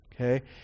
okay